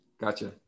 gotcha